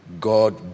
God